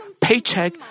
paycheck